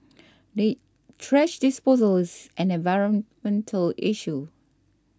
the trash disposal is an environmental issue